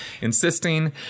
insisting